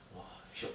!wah! shiok